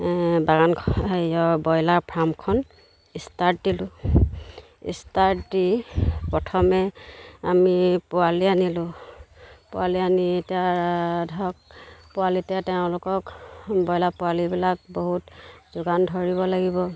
হেৰি ব্ৰইলাৰ ফাৰ্মখন ইষ্টাৰ্ট দিলোঁ ইষ্টাৰ্ট দি প্ৰথমে আমি পোৱালি আনিলোঁ পোৱালি আনি এতিয়া ধৰক পোৱালিতে তেওঁলোকক ব্ৰইলাৰ পোৱালিবিলাক বহুত যোগান ধৰিব লাগিব